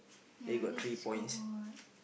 ya that a score board